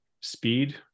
speed